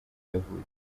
yavutse